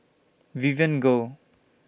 Vivien Goh